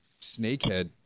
snakehead